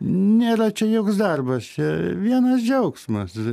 nėra čia joks darbas čia vienas džiaugsmas